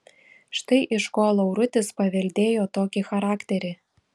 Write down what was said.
štai iš ko laurutis paveldėjo tokį charakterį